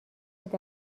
بود